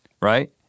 right